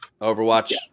Overwatch